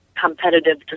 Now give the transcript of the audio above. competitive